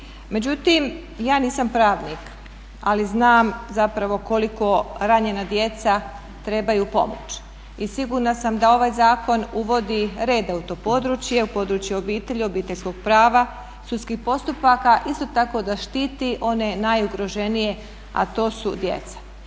Međutim, ja nisam pravnik ali znam zapravo koliko ranjena djeca trebaju pomoć i sigurna sam da ovaj zakon uvodi reda u to područje, u područje obitelji, obiteljskog prava i sudskih postupaka, isto tako da štiti one najugroženije, a to su djeca.